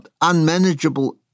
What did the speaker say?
unmanageable